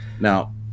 Now